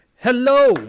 Hello